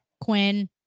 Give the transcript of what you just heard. Quinn